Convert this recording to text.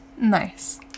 Nice